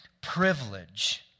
privilege